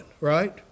right